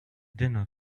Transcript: dinner